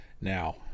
Now